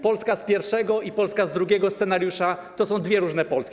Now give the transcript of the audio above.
Polska z pierwszego i Polska z drugiego scenariusza to są dwie różne Polski.